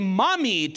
mommy